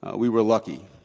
ah we were lucky.